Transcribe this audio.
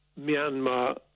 Myanmar